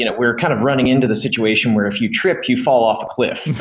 you know we're kind of running into this situation where if you trip, you fall off cliff,